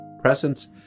presence